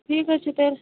ٹھیٖک حَظ چھُ تیٚلہِ